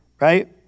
right